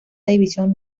división